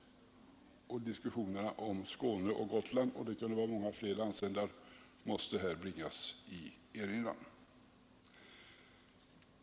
Diskussionerna om Skåne och Gotland — man kunde ta med många fler landsändar — måste här bringas i erinran.